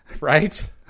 right